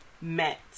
met